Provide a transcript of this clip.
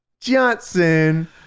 Johnson